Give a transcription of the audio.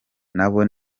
nabo